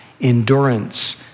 endurance